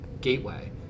Gateway